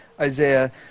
Isaiah